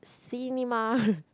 cinema